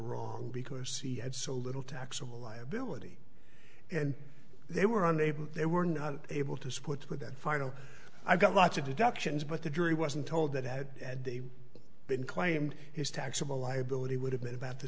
wrong because he had so little taxable liability and they were on a they were not able to support with that final i got lots of deductions but the jury wasn't told that had they been claimed his taxable liability would have been about the